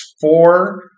four